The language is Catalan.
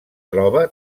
troba